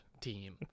team